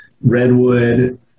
Redwood